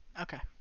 Okay